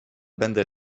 będę